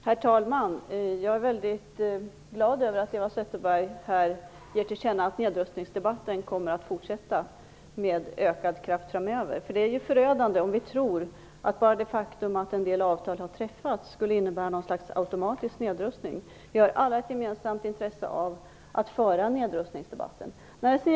Herr talman! Jag är mycket glad över att Eva Zetterberg här ger till känna att nedrustningsdebatten kommer att fortsätta med ökad kraft framöver. Det vore ju förödande om vi trodde att bara det faktum att en del avtal har träffats skulle innebära något slags automatisk nedrustning. Vi har alla ett gemensamt intresse av att föra nedrustningsdebatten vidare.